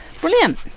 Brilliant